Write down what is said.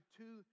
two